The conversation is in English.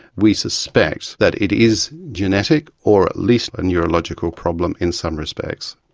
we suspect that it is genetic, or at least a neurological problem in some respects.